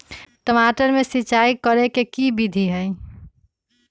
टमाटर में सिचाई करे के की विधि हई?